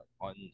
On